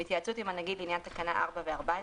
בהתייעצות עם הנגיד לעניין תקנה 4 ו-14